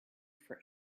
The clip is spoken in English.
for